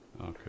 Okay